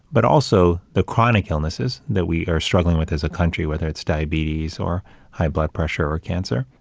but also the chronic illnesses that we are struggling with as a country, whether it's diabetes or high blood pressure or cancer.